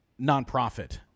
nonprofit